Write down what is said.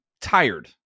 tired